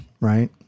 right